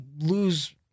lose